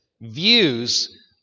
views